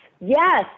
Yes